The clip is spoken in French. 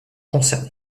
concerné